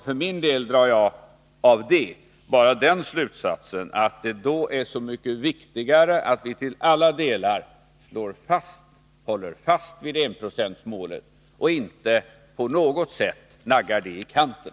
För min del drar jag av detta bara den slutsatsen att det då är så mycket viktigare att vi till alla delar håller fast vid enprocentsmålet och inte på något sätt naggar det i kanten.